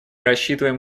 рассчитываем